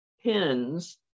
pins